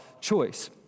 choice